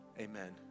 amen